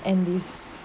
and this